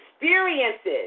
experiences